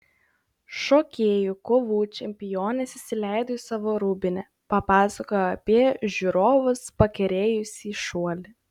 šokėjų kovų čempionės įsileido į savo rūbinę papasakojo apie žiūrovus pakerėjusį šuolį